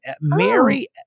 Mary